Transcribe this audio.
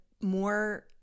more